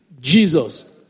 Jesus